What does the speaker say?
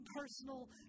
personal